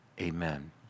Amen